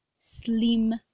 slim